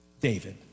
David